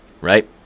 right